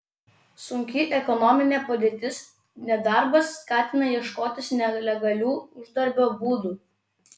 sunki ekonominė padėtis nedarbas skatina ieškotis nelegalių uždarbio būdų